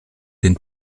den